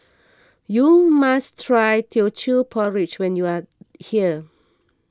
you must try Teochew Porridge when you are here